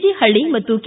G ಹಳ್ಳಿ ಮತ್ತು K